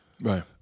Right